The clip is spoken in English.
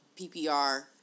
PPR